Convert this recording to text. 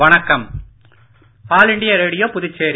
வணக்கம் all India Radio Puducherry